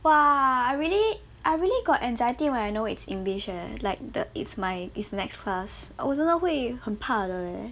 !wah! I really I really got anxiety when I know it's english eh like the it's my is next class 我真的会很怕的 leh